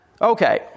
Okay